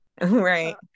Right